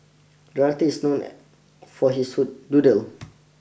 the artist is known for his doodles